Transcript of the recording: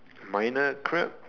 minor crap